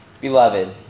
Beloved